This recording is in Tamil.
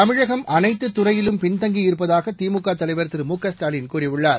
தமிழகம் அனைத்துத் துறையிலும் பின்தங்கியிருப்பதாக திமுக தலைவர் திரு மு க ஸ்டாலின் கூறியுள்ளார்